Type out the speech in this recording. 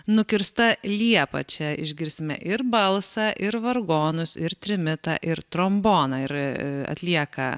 nukirsta liepa čia išgirsime ir balsą ir vargonus ir trimitą ir tromboną ir atlieka